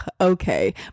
Okay